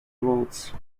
volts